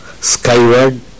skyward